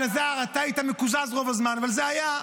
אלעזר, אתה היית מקוזז רוב הזמן, אבל זה היה.